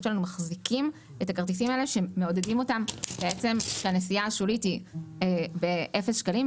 שלנו מחזיקים את הכרטיסים האלה שהנסיעה השולית היא באפס שקלים,